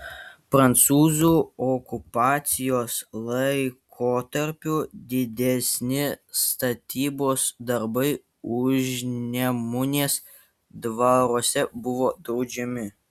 prancūzų okupacijos laikotarpiu didesni statybos darbai užnemunės dvaruose buvo draudžiami